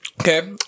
Okay